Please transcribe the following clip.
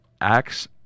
acts